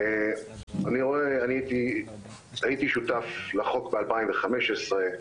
הייתי שותף לחוק ב-2015,